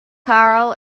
karl